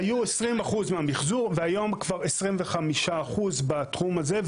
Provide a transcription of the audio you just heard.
היו 20% מהמחזור והיום כבר 25% בתחום הזה.